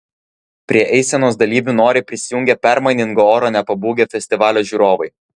prie eisenos dalyvių noriai prisijungė permainingo oro nepabūgę festivalio žiūrovai